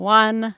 one